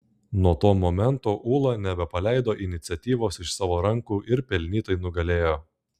nuo to momento ūla nebepaleido iniciatyvos iš savo rankų ir pelnytai nugalėjo